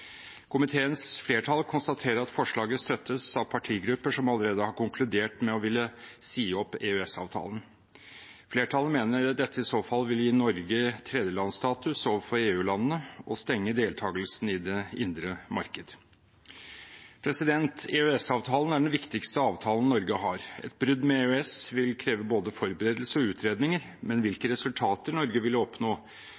Komiteens flertall konstaterer at forslaget støttes av partigrupper som allerede har konkludert med å ville si opp EØS-avtalen. Flertallet mener dette i så fall ville gi Norge tredjelandsstatus overfor EU-landene og stenge deltakelsen i det indre marked. EØS-avtalen er den viktigste avtalen Norge har. Et brudd med EØS vil kreve både forberedelser og utredninger, men hvilke